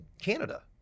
Canada